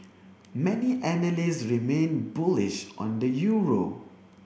many analysts remain bullish on the euro